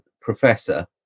Professor